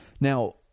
Now